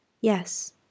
Yes